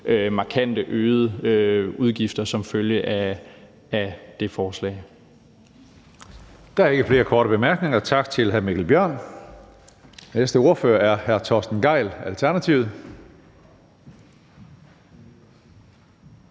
Tredje næstformand (Karsten Hønge): Der er ikke flere korte bemærkninger. Tak til hr. Mikkel Bjørn. Næste ordfører er hr. Torsten Gejl, Alternativet.